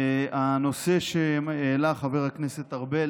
הנושא שהעלה חבר הכנסת ארבל